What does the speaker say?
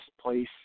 place